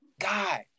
God